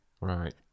Right